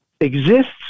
exists